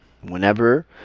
Whenever